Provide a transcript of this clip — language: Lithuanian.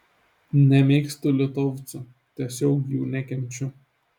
nemėgstu litovcų tiesiog jų nekenčiu